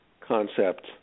concept